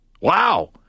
Wow